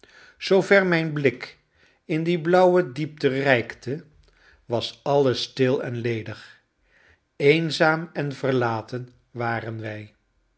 zoo ver mijn blik in die blauwe diepte reikte was alles stil en ledig eenzaam en verlaten waren wij